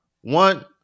one